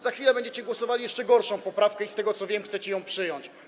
Za chwilę będziecie głosowali nad jeszcze gorszą poprawką i z tego, co wiem, chcecie ją przyjąć.